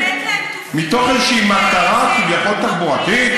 מתוך איזושהי מטרה כביכול-תחבורתית?